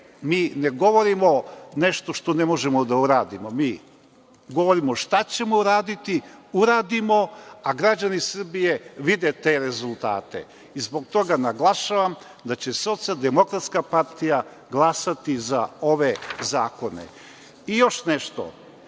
mi ne govorimo nešto što ne možemo da uradimo. Mi govorimo šta ćemo uraditi, uradimo, a građani Srbije vide te rezultate. Zbog toga naglašavam da će SDPS glasati za ove zakone. Još nešto.